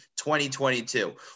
2022